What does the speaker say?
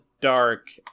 dark